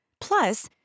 Plus